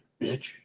bitch